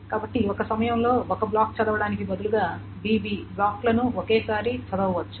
కాబట్టి ఒక సమయంలో ఒక బ్లాక్ చదవడానికి బదులుగా bb బ్లాక్లను ఒకేసారి చదవవచ్చు